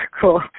Cool